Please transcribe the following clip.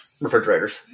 refrigerators